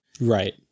Right